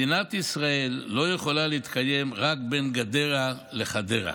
מדינת ישראל לא יכולה להתקיים רק בין גדרה לחדרה.